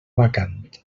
vacant